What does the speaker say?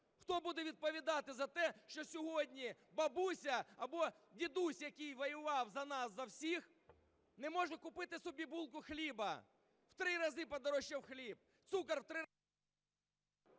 Хто буде відповідати за те, що сьогодні бабуся або дідусь, який воював за нас за всіх, не може купити собі булку хліба, в три рази подорожчав хліб, цукор в три…